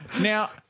Now